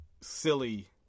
Silly